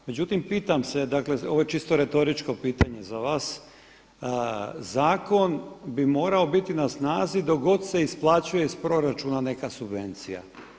Međutim, pitam se, dakle ovo je čisto retoričko pitanje za vas, zakon bi morao bit na snazi dok god se isplaćuje iz proračuna neka subvencija.